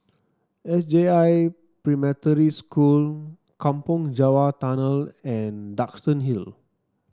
S J I Preparatory School Kampong Java Tunnel and Duxton Hill